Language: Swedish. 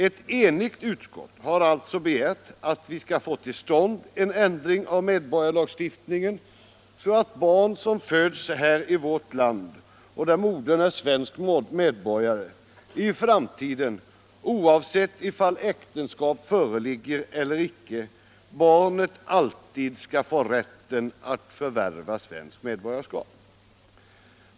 Ett enigt utskott har alltså begärt att vi skall få till stånd en sådan ändring av medborgarskapslagstiftningen att barn som föds i vårt land och vars moder är svensk medborgare i framtiden, oavsett om äktenskap föreligger eller icke, alltid skall få rätten att förvärva svenskt medborgarskap.